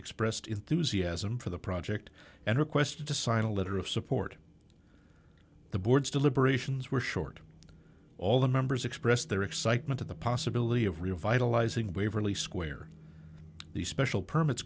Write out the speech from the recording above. expressed enthusiasm for the project and requested to sign a letter of support the board's deliberations were short all the members expressed their excitement at the possibility of revitalizing waverley square the special permits